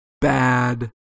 bad